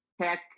tech